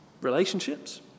Relationships